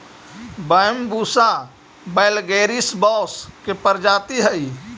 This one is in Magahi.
बैम्ब्यूसा वैलगेरिस बाँस के प्रजाति हइ